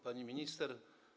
Pani Minister!